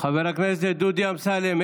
חברי הכנסת דודי אמסלם,